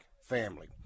family